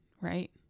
right